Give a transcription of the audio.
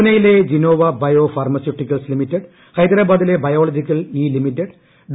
പൂനെയിലെ Gennova bio pharmaceuticals limited ഹെദരാബാദദിലെ biological E limited ഡോ